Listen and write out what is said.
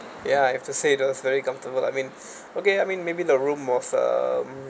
ya I have to say that's very comfortable I mean okay I mean maybe the room of uh